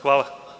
Hvala.